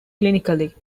clinically